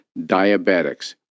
diabetics